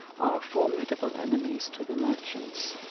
are formidable enemies to the merchants,